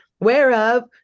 whereof